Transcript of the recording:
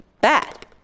bad